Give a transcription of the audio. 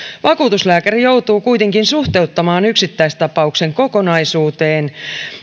vakuutuslääkäri joutuu kuitenkin suhteuttamaan yksittäistapauksen kokonaisuuteen